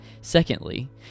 Secondly